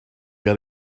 got